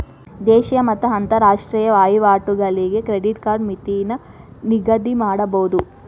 ದೇಶೇಯ ಮತ್ತ ಅಂತರಾಷ್ಟ್ರೇಯ ವಹಿವಾಟುಗಳಿಗೆ ಕ್ರೆಡಿಟ್ ಕಾರ್ಡ್ ಮಿತಿನ ನಿಗದಿಮಾಡಬೋದು